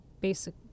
basic